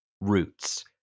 roots